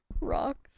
rocks